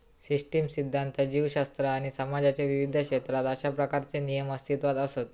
system सिध्दांत, जीवशास्त्र आणि समाजाच्या विविध क्षेत्रात अशा प्रकारचे नियम अस्तित्वात असत